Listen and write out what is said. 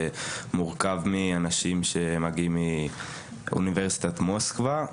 שמורכב מאנשים שמגיעים מאוניברסיטת מוסקבה,